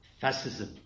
Fascism